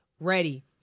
Ready